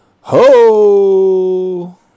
Ho